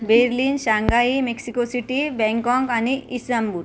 Berlin Shanghai Mexico City Bangkok आणि Istanbul